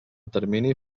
termini